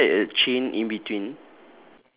is there a chain in between